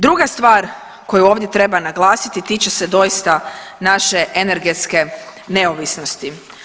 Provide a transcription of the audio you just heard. Druga stvar koju ovdje treba naglasiti tiče se doista naše energetske neovisnosti.